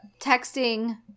texting